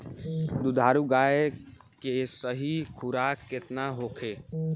दुधारू गाय के सही खुराक केतना होखे?